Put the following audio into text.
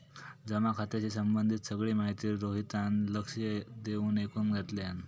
जमा खात्याशी संबंधित सगळी माहिती रोहितान लक्ष देऊन ऐकुन घेतल्यान